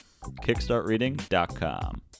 kickstartreading.com